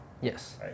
Yes